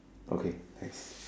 okay nice